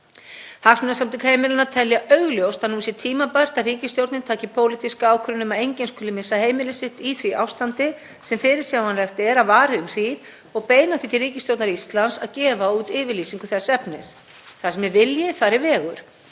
Hagsmunasamtök heimilanna telja augljóst að nú sé tímabært að ríkisstjórnin taki pólitíska ákvörðun um að enginn skuli missa heimili sitt í því ástandi sem fyrirsjáanlegt er að vari um hríð og beina því til Ríkisstjórnar Íslands að gefa út yfirlýsingu þess efnis. Þar sem er vilji, þar er vegur.